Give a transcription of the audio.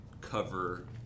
cover